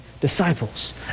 disciples